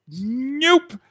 Nope